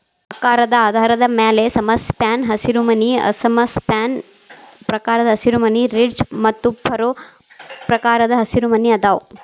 ಆಕಾರದ ಆಧಾರದ ಮ್ಯಾಲೆ ಸಮಸ್ಪ್ಯಾನ್ ಹಸಿರುಮನಿ ಅಸಮ ಸ್ಪ್ಯಾನ್ ಪ್ರಕಾರದ ಹಸಿರುಮನಿ, ರಿಡ್ಜ್ ಮತ್ತು ಫರೋ ಪ್ರಕಾರದ ಹಸಿರುಮನಿ ಅದಾವ